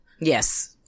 Yes